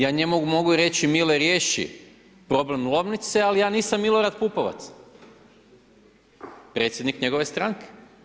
Ja njemu mogu reći Mile, riješi problem Lomnice, ali ja nisam Milorad Pupovac, predsjednik njegove stranke.